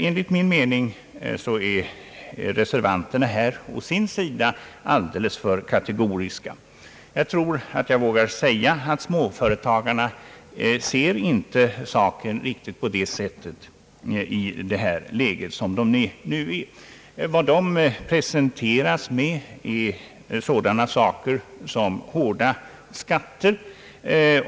Enligt min mening är reservanterna här å sin sida alldeles för kategoriska. Jag vågar säga att småföretagarna inte ser saken riktigt på det sättet i det läge som de nu befinner sig i. Vad som trycker dem är sådana saker som hårda skatter.